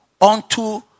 unto